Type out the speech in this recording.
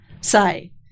say